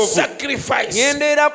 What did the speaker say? sacrifice